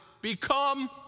Become